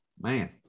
man